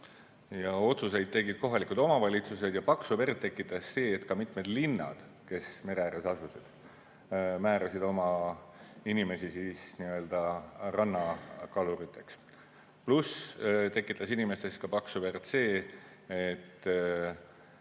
Otsuseid tegid kohalikud omavalitsused. Paksu verd tekitas see, et ka mitmed linnad, kes mere ääres asusid, määrasid oma inimesi rannakaluriteks. Pluss tekitas inimestes paksu verd see, et